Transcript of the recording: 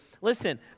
Listen